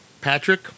Patrick